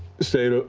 state. ah